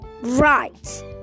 Right